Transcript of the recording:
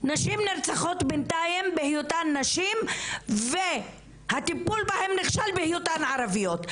נשים נרצחות בינתיים בהיותן נשים והטיפול בהן נכשל בהיותן ערביות.